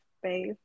Space